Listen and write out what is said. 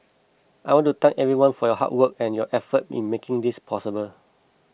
I want to thank everyone for your hard work and your effort in making this possible